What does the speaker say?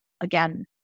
again